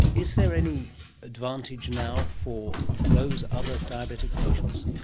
is there any advantage now for those other diabetic patients?